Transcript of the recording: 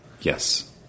Yes